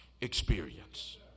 experience